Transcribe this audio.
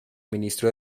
ministro